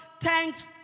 thanks